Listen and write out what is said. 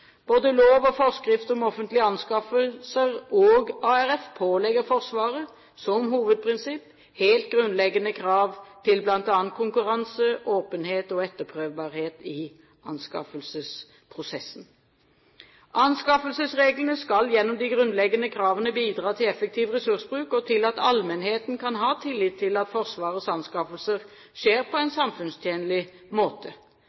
Både lov og forskrift om offentlige anskaffelser og ARF pålegger Forsvaret, som hovedprinsipp, helt grunnleggende krav til bl.a. konkurranse, åpenhet og etterprøvbarhet i anskaffelsesprosessen. Anskaffelsesreglene skal gjennom de grunnleggende kravene bidra til effektiv ressursbruk og til at allmennheten kan ha tillit til at Forsvarets anskaffelser skjer på en samfunnstjenlig måte.